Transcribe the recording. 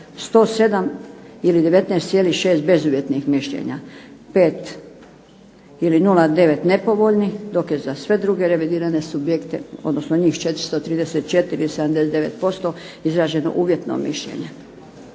107 ili 19,6 bezuvjetnih mišljenja, 5 ili 0,9 nepovoljnih dok je za sve druge revidirane subjekte odnosno njih 434 i 79% izraženo uvjetno mišljenje.